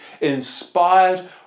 inspired